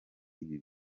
ibi